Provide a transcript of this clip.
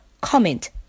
comment